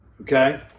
okay